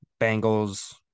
Bengals